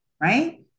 right